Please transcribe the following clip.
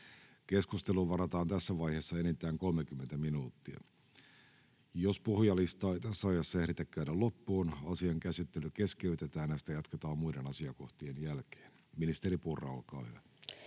Keskusteluun varataan tässä vaiheessa enintään 45 minuuttia. Jos puhujalistaa ei tässä ajassa ehditä käydä loppuun, asian käsittely keskeytetään ja sitä jatketaan muiden asiakohtien jälkeen. Asioiden käsittely